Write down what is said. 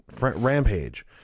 Rampage